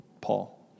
Paul